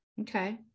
okay